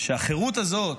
שהחירות הזאת,